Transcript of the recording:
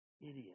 idiot